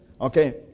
Okay